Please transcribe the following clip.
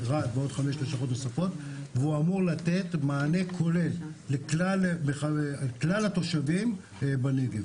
והוא אמור לתת מענה כולל לכלל התושבים בנגב.